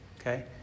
okay